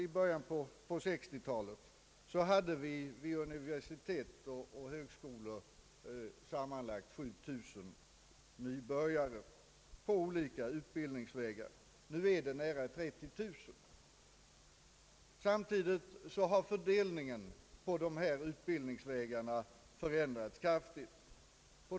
I början på 1960-talet hade vi vid universitet och högskolor sammanlagt 7 000 nybörjare på olika utbildningsvägar. Nu är antalet nära 30 000. Samtidigt har fördelningen på olika utbildningsvägar kraftigt förändrats.